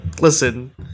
Listen